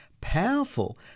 powerful